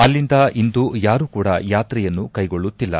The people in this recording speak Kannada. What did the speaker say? ಅಲ್ಲಿಂದ ಇಂದು ಯಾರೂ ಕೂಡ ಯಾತ್ರೆಯನ್ನು ಕೈಗೊಳ್ಳುತ್ತಿಲ್ಲ